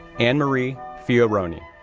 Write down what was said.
annemarie fioroni,